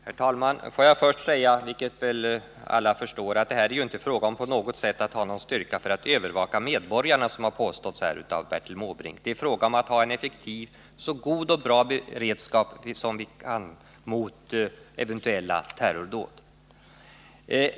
Herr talman! Får jag först säga att — vilket väl alla förstår — det inte är fråga om att ha någon styrka för att övervaka medborgarna, såsom det har påståtts av Bertil Måbrink. Det är fråga om att ha en så effektiv och bra beredskap som vi kan mot eventuella terrordåd.